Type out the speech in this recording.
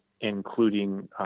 including –